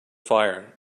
fire